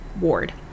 ward